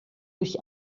durch